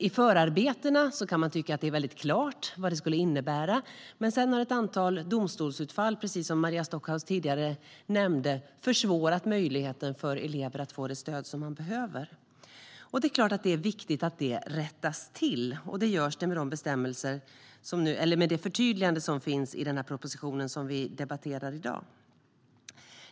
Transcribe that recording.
I förarbetena verkar det väldigt klart vad detta skulle innebära, men precis som Maria Stockhaus tidigare nämnde har ett antal domstolsutfall efter det försvårat möjligheten för elever att få det stöd de behöver. Det är klart att det är viktigt att detta rättas till, och det görs nu med det förtydligande som finns i den proposition vi debatterar i dag.